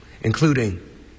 including